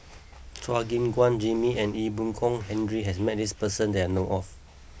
Chua Gim Guan Jimmy and Ee Boon Kong Henry has met this person that I know of